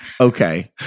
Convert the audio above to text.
Okay